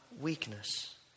weakness